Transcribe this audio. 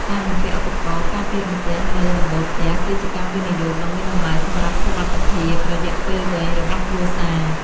ការបំពាក់ឧបករណ៍ការពាររន្ទះនៅលើដំបូលផ្ទះគឺជាការវិនិយោគដ៏មានតម្លៃសម្រាប់សុវត្ថិភាពរយៈពេលវែងរបស់គ្រួសារ។